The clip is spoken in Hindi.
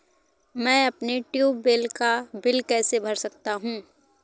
मैं अपने ट्यूबवेल का बिल कैसे भर सकता हूँ?